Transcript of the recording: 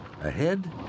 Ahead